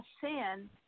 sin